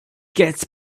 gets